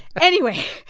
anyway,